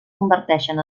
converteixen